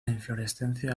inflorescencia